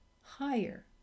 higher